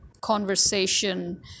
conversation